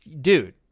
dude